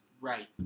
Right